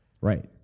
Right